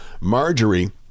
Marjorie